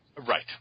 Right